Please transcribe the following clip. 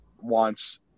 wants